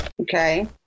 okay